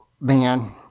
Man